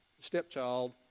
stepchild